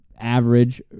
average